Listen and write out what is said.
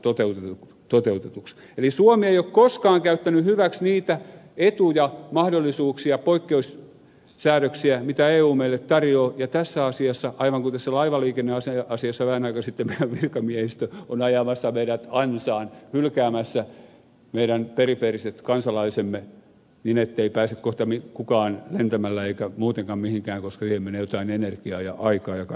eli suomi ei ole koskaan käyttänyt hyväksi niitä etuja mahdollisuuksia poikkeussäädöksiä mitä eu meille tarjoaa ja tässä asiassa aivan kuin tässä laivaliikenneasiassa vähän aika sitten meidän virkamiehistö on ajamassa meidät ansaan hylkäämässä meidän perifeeriset kansalaisemme niin ettei pääse kohta kukaan lentämällä eikä muutenkaan mihinkään koska siihen menee jotain energiaa ja aikaa ja kaikkea tämmöistä